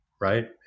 right